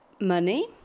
money